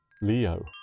Leo